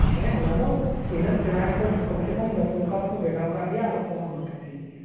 ᱢᱟᱱᱮ ᱚᱱᱟᱫᱚ ᱤᱱᱟᱹᱜ ᱥᱮᱲᱟ ᱜᱮᱠᱚ ᱠᱚᱢᱥᱮᱠᱚᱢ ᱫᱚᱥ ᱢᱚᱠᱟ ᱫᱚᱠᱚ ᱵᱮᱱᱟᱣ ᱠᱟᱜ ᱜᱮᱭᱟ ᱟᱫᱚ ᱚᱱᱚᱱᱟ ᱫᱚ ᱴᱷᱤᱠ ᱜᱮᱭᱟ